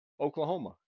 Oklahoma